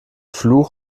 fluch